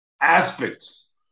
aspects